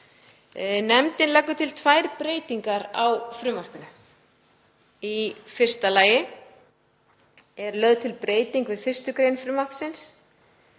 Nefndin leggur til tvær breytingar á frumvarpinu. Í fyrsta lagi er lögð til breyting við 1. gr. frumvarpsins.